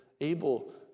able